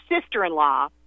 sister-in-law